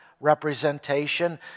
representation